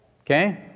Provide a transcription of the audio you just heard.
Okay